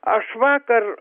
aš vakar